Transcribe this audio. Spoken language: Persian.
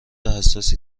حساسی